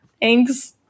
Thanks